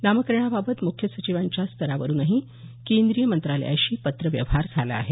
नामकरणाबाबत मुख्य सचिवांच्या स्तरावरूनही केंद्रीय मंत्रालयाशी पत्रव्यवहार झाला आहे